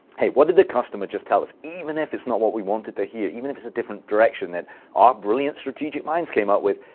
hey. what did the customer just tell us? even if it's not what we wanted to hear, even if it's a different direction than our brilliant strategic minds came up with,